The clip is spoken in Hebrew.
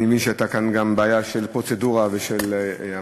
אני מבין שהייתה כאן גם בעיה של פרוצדורה ושל המזכירות.